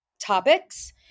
topics